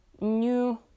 new